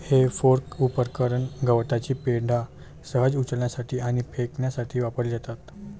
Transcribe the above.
हे फोर्क उपकरण गवताची पेंढा सहज उचलण्यासाठी आणि फेकण्यासाठी वापरली जातात